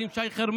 יחד עם שי חרמש,